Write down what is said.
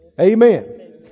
Amen